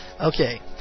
Okay